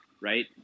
right